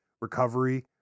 recovery